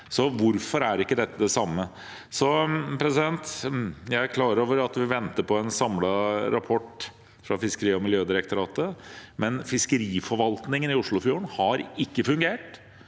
Hvorfor er ikke dette det samme? Jeg er klar over at vi venter på en samlet rapport fra Fiskeridirektoratet og Miljødirektoratet, men fiskeriforvaltningen i Oslofjorden har ikke fungert.